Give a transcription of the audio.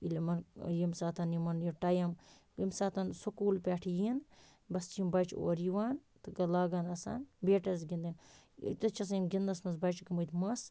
ییٚلہِ یِمَن ییٚمہِ ساتہٕ یِمَن یہِ ٹایم ییٚمہِ ساتہٕ سُکوٗل پیٚٹھٕ یِن بَس چھِ یِم بَچہِ اورٕ یِوان تہٕ لاگَان آسان بیٹَس گِنٛدنہِ ییٚتنَس چھِ یِم گِنٛدنَس مَنٛز بَچہِ گٔمٕتۍ مَس